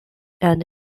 and